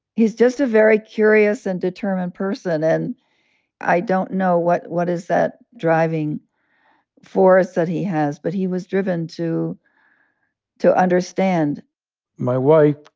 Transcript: he's just a very curious and determined person. and i don't know what what is that driving force that he has, but he was driven to to understand my wife,